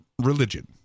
religion